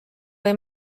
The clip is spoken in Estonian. või